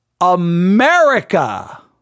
America